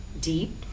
deep